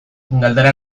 galdera